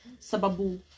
sababu